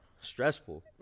stressful